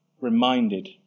reminded